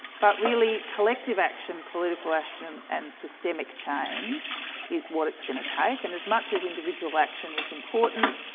but really, collective action political action and systemic change is what it is going to take and as much as individual action is important,